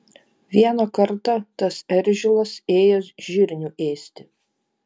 vieną kartą tas eržilas ėjęs žirnių ėsti